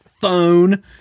phone